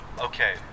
Okay